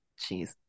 Jeez